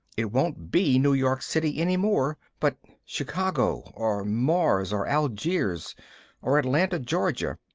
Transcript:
it won't be new york city any more, but chicago or mars or algiers or atlanta, georgia,